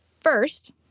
First